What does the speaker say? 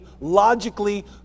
logically